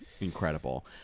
incredible